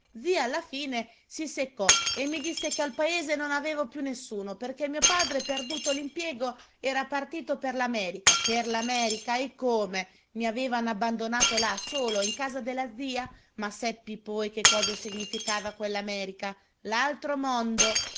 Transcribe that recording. zia alla fine si seccò e mi disse che al paese non avevo più nessuno perché mio padre perduto l'impiego era partito per l'america per l'america e come i avevano abbandonato là solo in casa della zia ma seppi poi che cosa significava quell'america l'altro mondo